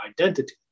identity